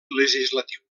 legislatiu